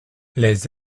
les